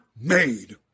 made